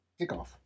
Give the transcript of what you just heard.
Kickoff